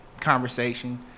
conversation